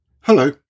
Hello